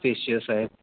spacious आहेत